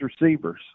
receivers